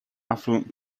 affluent